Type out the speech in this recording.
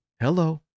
Hello